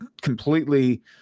completely